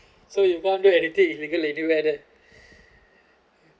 so if you want do anything illegal there